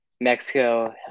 Mexico